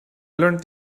learned